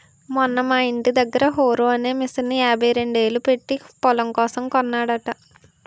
మొన్న మా యింటి దగ్గర హారో అనే మిసన్ని యాభైరెండేలు పెట్టీ పొలం కోసం కొన్నాడట